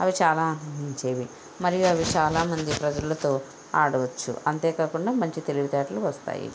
అవి చాలా ఆనందించేవి మరియు అవి చాలామంది ప్రజలతో ఆడవచ్చు అంతేకాకుండా మంచి తెలివితేటలు వస్తాయి